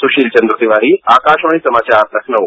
सुशील चंद्र तिवारी आकाशवाणी समाचार लखनऊ